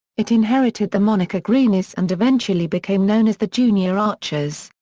it inherited the moniker greenies and eventually became known as the junior archers.